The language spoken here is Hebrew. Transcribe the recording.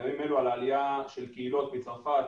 בימים אלו עלייה של קהילות מצרפת,